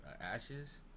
ashes